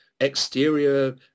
exterior